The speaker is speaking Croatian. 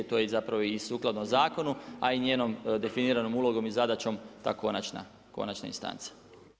To je zapravo i sukladno zakonu a i njenom definiranom ulogom i zadaćom ta konačna instanci.